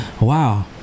wow